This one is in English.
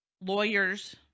lawyers